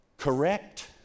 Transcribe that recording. Correct